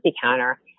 counter